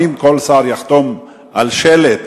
האם כל שר יחתום על שלט,